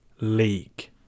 League